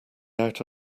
out